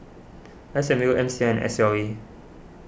S M U M C I and S L A